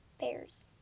bears